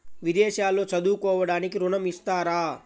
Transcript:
విదేశాల్లో చదువుకోవడానికి ఋణం ఇస్తారా?